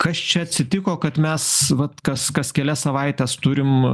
kas čia atsitiko kad mes vat kas kas kelias savaites turim